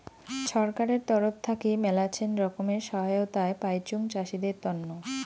ছরকারের তরফ থাকি মেলাছেন রকমের সহায়তায় পাইচুং চাষীদের তন্ন